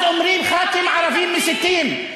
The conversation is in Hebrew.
ואז אומרים: חברי כנסת ערבים מסיתים.